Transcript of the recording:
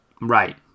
Right